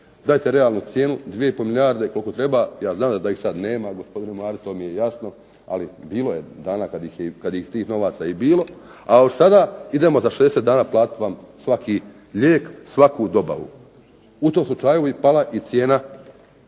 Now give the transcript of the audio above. dajte realno cijene, 2 i pol milijarde koliko treba, ja znam da ih sad nema …/Govornik se ne razumije./… to mi je jasno, ali bilo je dana kad je tih novaca i bilo, a sada idemo za 60 dana platiti vam svaki lijek, svaku dobavu. U tom slučaju bi pala i cijena